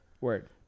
Word